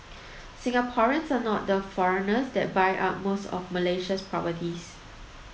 Singaporeans are not the foreigners that buy up most of Malaysia's properties